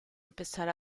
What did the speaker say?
empezar